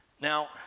Now